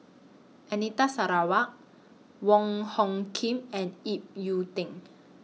Anita Sarawak Wong Hung Khim and Ip Yiu Ding